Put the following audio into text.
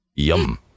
Yum